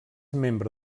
membre